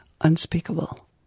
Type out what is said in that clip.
unspeakable